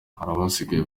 abasigaye